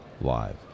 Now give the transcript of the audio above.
live